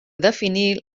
definir